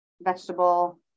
vegetable